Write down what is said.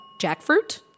Jackfruit